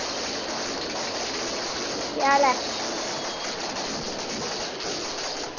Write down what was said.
केह् हाल ऐ